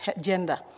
gender